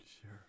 Sure